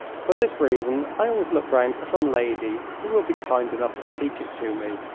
for this reason i always look round for some lady who will be kind enough to teach it to me,